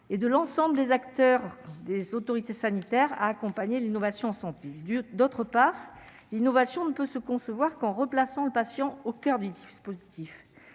et de l'ensemble des acteurs des autorités sanitaires à accompagner l'innovation santé d'autre part, innovation ne peut se concevoir qu'en remplaçant le patient au coeur du dispositif,